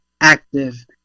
active